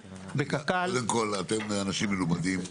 קודם כול, אתם אנשים מלומדים.